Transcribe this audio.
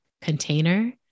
container